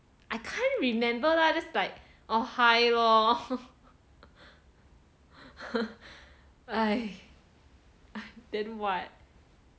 I can't remember lah just like oh hi lor !hais! then what